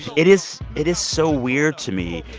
it is it is so weird to me.